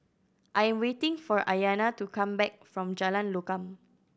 I am waiting for Ayanna to come back from Jalan Lokam